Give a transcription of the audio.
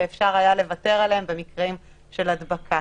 ואפשר היה לוותר עליהם במקרים של הדבקה.